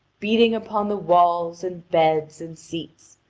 beating upon the walls, and beds, and seats.